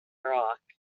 rock